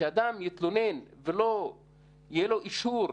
שאדם יתלונן ולא יהיה לו אישור